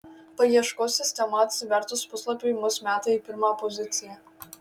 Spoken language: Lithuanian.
paieškos sistema atsivertus puslapiui mus meta į pirmą poziciją